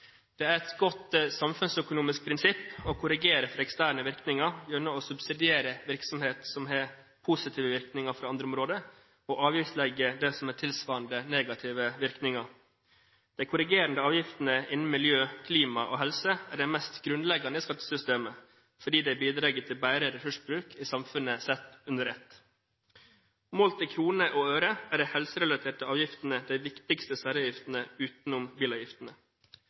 Det er et godt samfunnsøkonomisk prinsipp å korrigere for eksterne virkninger gjennom å subsidiere virksomhet som har positive virkninger for andre områder, og å avgiftslegge det som har tilsvarende negative virkninger. De korrigerende avgiftene innen miljø, klima og helse er de mest grunnleggende i skattesystemet, fordi de bidrar til bedre ressursbruk i samfunnet sett under ett. Målt i kroner og øre er de helserelaterte avgiftene de viktigste særavgiftene utenom bilavgiftene.